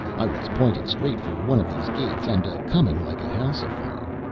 i was pointed straight for one of these gates, and a coming like a house afire.